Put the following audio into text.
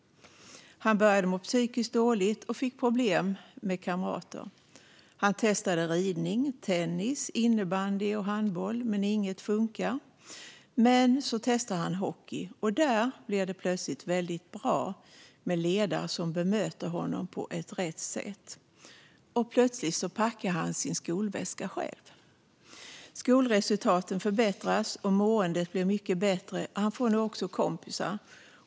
Han började må psykiskt dåligt och fick problem med kamrater. Han testade ridning, tennis, innebandy och handboll, men inget funkade. Men så testar han hockey, och där blir det plötsligt väldigt bra med ledare som bemöter honom på rätt sätt. Plötsligt packar han sin skolväska själv. Skolresultaten förbättras, måendet blir mycket bättre och han får nu också kompisar.